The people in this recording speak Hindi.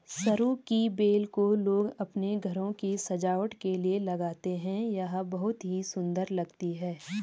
सरू की बेल को लोग अपने घरों की सजावट के लिए लगाते हैं यह बहुत ही सुंदर लगती है